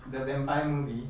the vampire movie